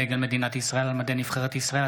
דגל מדינת ישראל על מדי נבחרת ישראל),